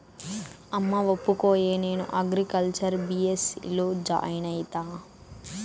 అమ్మా ఒప్పుకోయే, నేను అగ్రికల్చర్ బీ.ఎస్.సీ లో జాయిన్ అయితా